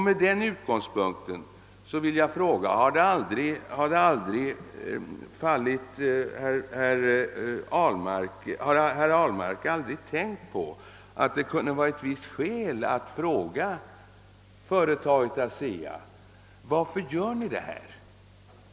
Med den utgångspunkten vill jag fråga: Har herr Ahlmark aldrig tänkt på att det kunde varit visst skäl att fråga företaget ASEA: Varför gör ni detta?